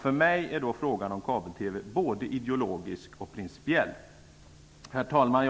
För mig är frågan om kabel-TV både ideologisk och principiell. Herr talman!